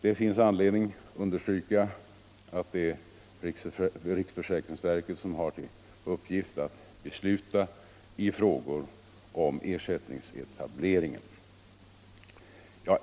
Det finns anledning understryka att det är riksförsäkringsverket som har till uppgift att besluta i frågor om ersättningsetableringen.